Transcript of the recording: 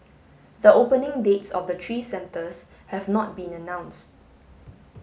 the opening dates of the three centres have not been announced